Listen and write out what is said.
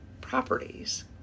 properties